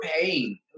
paying